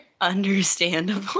Understandable